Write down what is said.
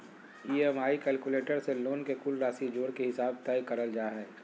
EMI calculator से loan के कुल राशि जोड़ के हिसाब तय करल जा हय